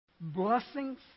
Blessings